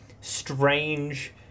strange